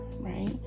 right